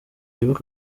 bibuke